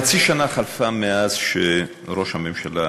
חצי שנה חלפה מאז שראש הממשלה